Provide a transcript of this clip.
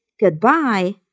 goodbye